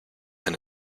and